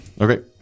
Okay